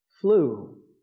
flew